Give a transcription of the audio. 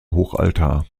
hochaltar